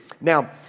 Now